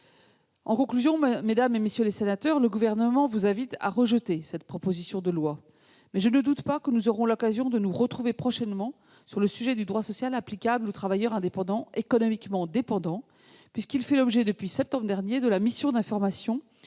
donc, mesdames, messieurs les sénateurs, à rejeter cette proposition de loi, mais je ne doute pas que nous aurons l'occasion de nous retrouver prochainement sur le sujet du droit social applicable aux travailleurs indépendants économiquement dépendants, puisqu'il fait l'objet depuis septembre dernier de la mission d'information,